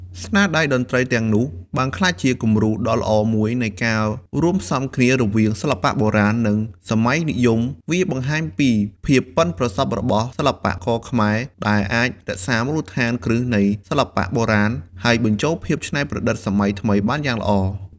ស្នាដៃតន្ត្រីទាំងនោះបានក្លាយជា គំរូដ៏ល្អមួយនៃការរួមផ្សំគ្នារវាងសិល្បៈបុរាណ និងសម័យនិយម វាបង្ហាញពីភាពប៉ិនប្រសប់របស់សិល្បករខ្មែរ ដែលអាចរក្សាមូលដ្ឋានគ្រឹះនៃសិល្បៈបុរាណ ហើយបញ្ចូលភាពច្នៃប្រឌិតសម័យថ្មីបានយ៉ាងល្អ។